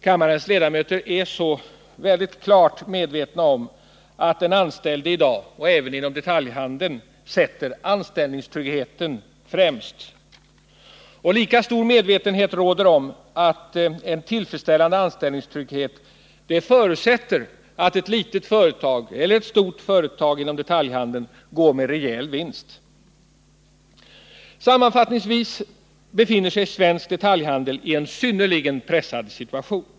Kammarens ledamöter är så klart medvetna om att den anställde i dag, även den inom detaljhandeln anställde, sätter anställningstryggheten främst. Lika stor medvetenhet råder det om att en tillfredsställande anställningstrygghet förutsätter att ett litet eller stort företag inom detaljhandeln går med rejäl vinst. Sammanfattningsvis kan man konstatera att svensk detaljhandel befinner sig i en synnerligen pressad situation.